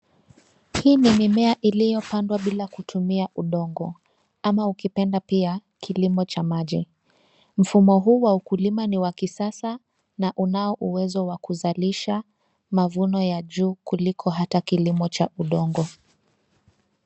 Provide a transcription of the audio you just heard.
Hii ni mimea iliyopandwa bila kutumia udongo, ama ukipenda pia kilimo cha maji. Mfumo huu wa kilimo ni wa kisasa na unao uwezo wa kuzalisha mavuno ya juu kuliko hata kilimo cha udongo.